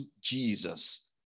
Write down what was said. Jesus